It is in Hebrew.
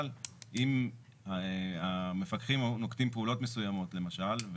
אבל אם המפקחים נוקטים פעולות מסוימות למשל,